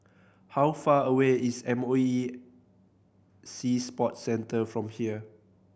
how far away is M O E Sea Sports Centre from here